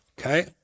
Okay